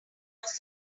was